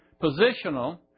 positional